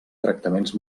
tractaments